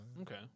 Okay